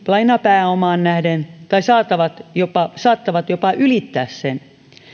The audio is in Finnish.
lainapääomaan nähden tai saattavat jopa saattavat jopa ylittää sen